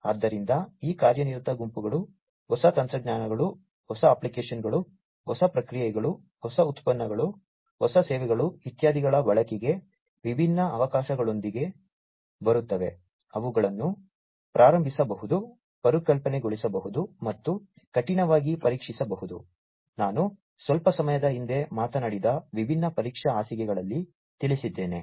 ಆದ್ದರಿಂದ ಈ ಕಾರ್ಯನಿರತ ಗುಂಪುಗಳು ಹೊಸ ತಂತ್ರಜ್ಞಾನಗಳು ಹೊಸ ಅಪ್ಲಿಕೇಶನ್ಗಳು ಹೊಸ ಪ್ರಕ್ರಿಯೆಗಳು ಹೊಸ ಉತ್ಪನ್ನಗಳು ಹೊಸ ಸೇವೆಗಳು ಇತ್ಯಾದಿಗಳ ಬಳಕೆಗೆ ವಿಭಿನ್ನ ಅವಕಾಶಗಳೊಂದಿಗೆ ಬರುತ್ತವೆ ಅವುಗಳನ್ನು ಪ್ರಾರಂಭಿಸಬಹುದು ಪರಿಕಲ್ಪನೆಗೊಳಿಸಬಹುದು ಮತ್ತು ಕಠಿಣವಾಗಿ ಪರೀಕ್ಷಿಸಬಹುದು ನಾನು ಸ್ವಲ್ಪ ಸಮಯದ ಹಿಂದೆ ಮಾತನಾಡಿದ ವಿಭಿನ್ನ ಪರೀಕ್ಷಾ ಹಾಸಿಗೆಗಳಲ್ಲಿ ತಿಳಿಸಿದ್ದೇನೆ